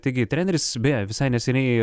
taigi treneris beje visai neseniai